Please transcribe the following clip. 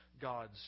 God's